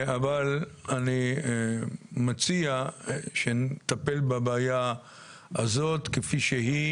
אבל אני מציע שנטפל בבעיה הזאת כפי שהיא